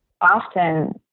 often